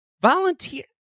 Volunteer